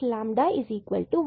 மற்றும் Fy0 பின்பு